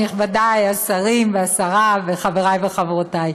נכבדי השרים והשרה וחברי וחברותי,